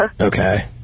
Okay